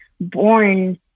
born